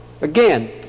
Again